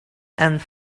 and